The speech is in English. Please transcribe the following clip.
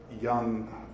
young